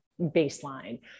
baseline